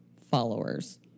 followers